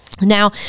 Now